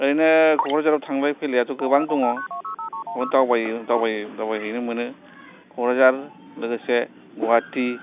ओरैनो क'क्राझाराव थांलाय फैलायाथ' गोबां दङ बेयाव दावबायो दावबायहैनो मोनो क'क्राझार लोगोसे गुवाहाटी